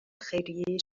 خیریه